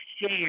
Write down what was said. share